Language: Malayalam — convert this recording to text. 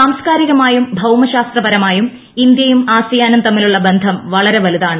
സാംസ്കാരികമായും ഭൌമശാസ്ത്രപരമായ ഇന്ത്യയും ആസിയാനും തമ്മിലുള്ള ബ്ദ്ധം വളരെ വലുതാണ്